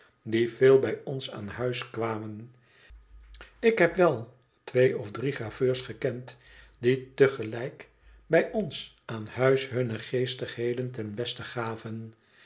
die veel bij ons aan huis kwamen ik heb wel twee of drie graveurs gekend die te gelijk bij ons aan huis hunne geestigheden ten beste gaven